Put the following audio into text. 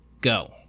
go